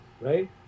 right